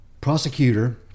Prosecutor